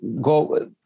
go